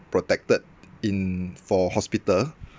protected in for hospital